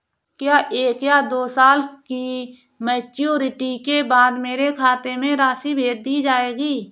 क्या एक या दो साल की मैच्योरिटी के बाद मेरे खाते में राशि भेज दी जाएगी?